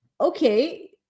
okay